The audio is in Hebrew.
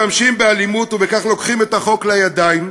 משתמשים באלימות, ובכך לוקחים את החוק לידיים.